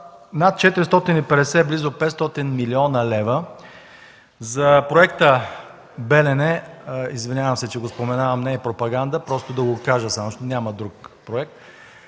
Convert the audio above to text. над 450, близо 500 млн. лв. за Проекта „Белене” (извинявам се, че го споменавам, не е пропаганда, просто да го кажа – няма друг проект),